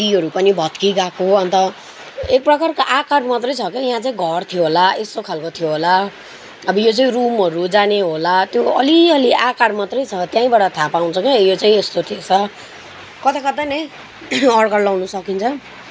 सिँडीहरू पनि भत्कि गएको अन्त एक प्रकारको आकार मात्रै छ कि यहाँ चाहिँ घर थियो होला यस्तो खालको थियो होला अब यो चाहिँ रूमहरू जाने होला त्यो अलिअलि आकार मात्रै छ त्यहीँबाट थाहा पाउँछ के यो चाहिँ यस्तो थिएछ कताकता नै अडकाल लगाउनु सकिन्छ